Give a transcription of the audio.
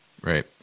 Right